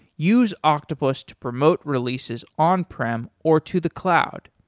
use octopus to promote releases on-prem or to the cloud.